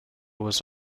was